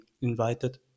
invited